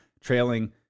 trailing